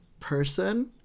person